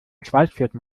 schweißflecken